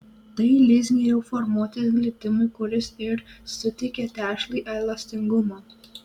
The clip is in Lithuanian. tai leis geriau formuotis glitimui kuris ir suteikia tešlai elastingumo